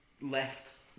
Left